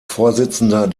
vorsitzender